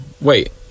wait